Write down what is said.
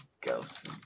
ghost